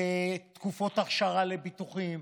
תקופות אכשרה לביטוחים.